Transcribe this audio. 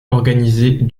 organisées